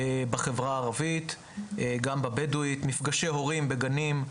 בחברה הערבית, גם בבדואית, מפגשי הורים בגנים,